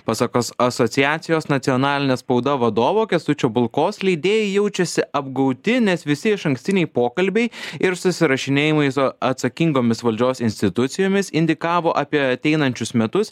pasak as asociacijos nacionalinė spauda vadovo kęstučio bulkos leidėjai jaučiasi apgauti nes visi išankstiniai pokalbiai ir susirašinėjimai su atsakingomis valdžios institucijomis indikavo apie ateinančius metus